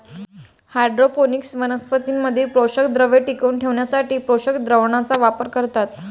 hydroponics वनस्पतीं मधील पोषकद्रव्ये टिकवून ठेवण्यासाठी पोषक द्रावणाचा वापर करतात